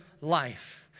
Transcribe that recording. life